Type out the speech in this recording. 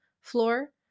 floor